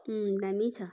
दामी छ